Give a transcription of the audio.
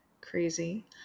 crazy